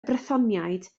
brythoniaid